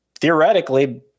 theoretically